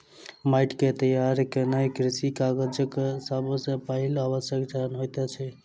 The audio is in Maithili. माइट के तैयार केनाई कृषि काजक सब सॅ पहिल आवश्यक चरण होइत अछि